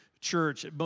church